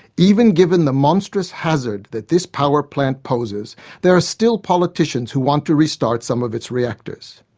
even given the monstrous hazard that this power plant poses there are still politicians who want to restart some of its reactors.